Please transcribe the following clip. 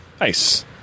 Nice